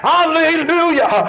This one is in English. Hallelujah